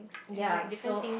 ya so